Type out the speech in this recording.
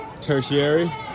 Tertiary